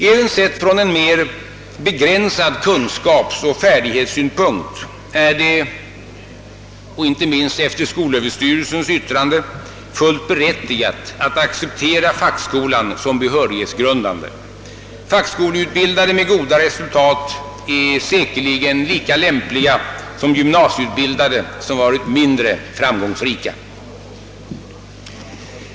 Även sett från en mer begränsad kunskapsoch färdighetssynpunkt är det — och inte minst efter skolöverstyrelsens yttrande — fullt berättigat att acceptera fackskolan som behörighetsgrundande. Fackskoleutbildade som nått goda resultat är säkerligen lika lämpliga som gymnasieutbildade som varit mindre framgångsrika.